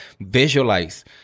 visualize